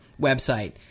website